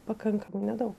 pakankamai nedaug